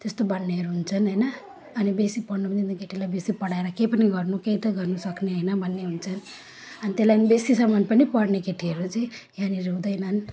त्यस्तो भन्नेहरू हुन्छन् हैन अनि बेसी पढ्नु पनि हुँदैन केटीलाई बेसी पढाएर पनि के पनि गर्नु केही त गर्न सक्ने हैन भन्ने हुन्छन् अनि त्यही लागि बेसीसम्म पनि पढ्ने केटीहरू चाहिँ यहाँनेरि हुँदैनन्